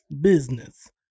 business